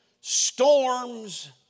storms